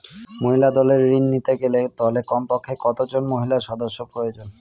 মহিলা দলের ঋণ নিতে গেলে দলে কমপক্ষে কত জন মহিলা সদস্য প্রয়োজন?